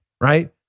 right